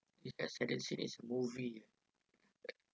the saddest scene is a movie